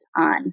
on